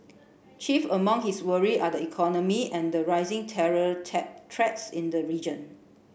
chief among his worry are the economy and the rising terror in the region